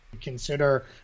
consider